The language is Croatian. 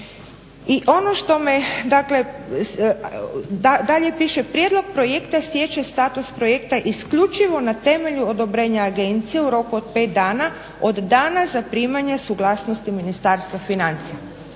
I ono što me dakle, dalje piše prijedlog projekta stječe status projekta isključivo na temelju odobrenja agencije u roku od pet dana od dana zaprimanja suglasnosti Ministarstva financija.